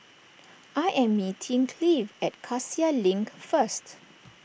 I am meeting Cleave at Cassia Link first